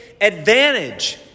advantage